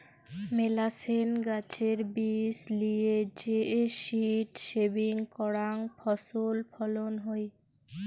মেলাছেন গাছের বীজ লিয়ে যে সীড সেভিং করাং ফছল ফলন হই